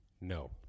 No